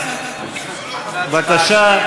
בבקשה,